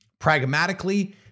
Pragmatically